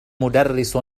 مدرس